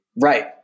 Right